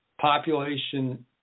population